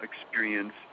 experience